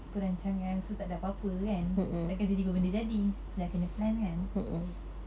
perancangan so tak ada apa-apa kan takkan tiba-tiba terjadi selain ada pelan kan